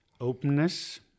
Openness